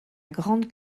grande